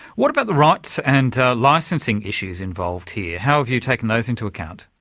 what about the rights and licensing issues involved here? how have you taken those into account?